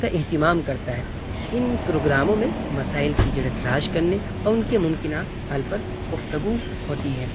کا اہتمام کرتا ہے ان پروگراموں میں مسائل کی جڑیں تلاش کرنے اور ان کے ممکنہ حل پر گفتگو ہوتی ہے